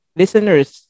listeners